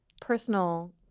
personal